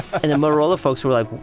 and the motorola folks were like,